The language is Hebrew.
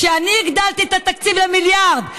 כשאני הגדלתי את התקציב למיליארד,